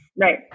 Right